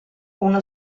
uno